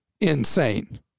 insane